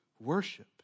Worship